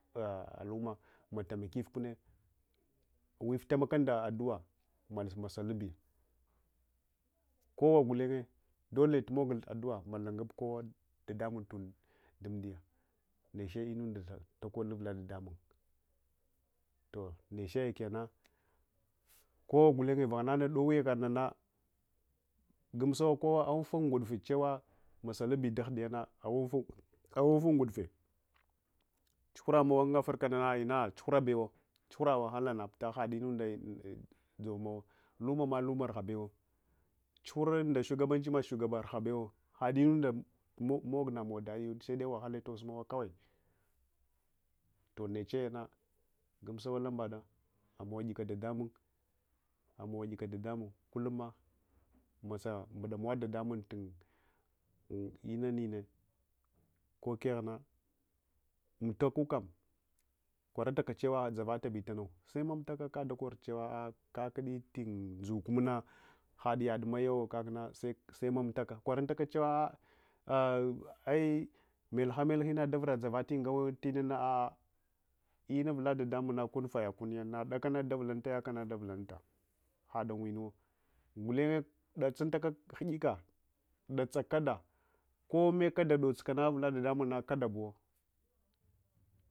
Ahh al'ummah mal amalkifkunne awiftemaka nda adduwa masa lub bi kowa gulenye dole tumogol adduwa malungub kowa dedamung tund dumdiya neche lnunda takodul uvula dadamung toh neche kenna kowa gulenye nana dow yakadnana gumsawa kowa awunfun ngudufe chewa masalubi dagndiyana awunfun ngudufe awufun ngudufe chughuramow un africa nanana chughurabews chugluina wahala naputa ghainunda tsovmowu lumama luma rugna bewo chughura nda shugaban chims shugaba rugha bewo had’inunda mognamow dadiwo sede wahale tosmow kawai toh nechayanggumsaws lambada amawaks dadamung amawa'lls dadamung lsullum mah mass mbudamaws dedsmunatun inanine kokegh na mul aliulamkwaratalss chewa dzavalasi lanause mamlaka kadalsorchewa al akudi tun ndzulsmuna hadyad mayiwolakna semamlalsa konuntaka chewaaa ahh' qi melha melhing davura dzavati ngawa lnans a'a ina uvuladadamung nsh kunsayakunys nadakans davulanalays lcans davulansl shadanwinuwa gulenye dalsunl alsghuiks datss lada kome kada dokana uvula dadamung na laada buwo